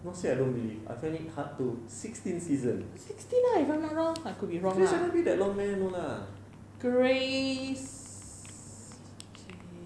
not say I don't believe I find it hard to sixteen seasons eh cannot be that long no lah